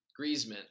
Griezmann